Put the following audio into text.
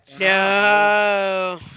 No